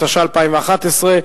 התשע"א 2011,